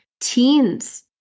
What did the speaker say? teens